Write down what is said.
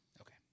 Okay